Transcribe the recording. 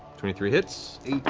twenty three hits.